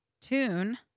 Tune